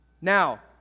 Now